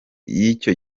y’icyo